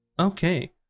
Okay